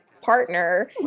partner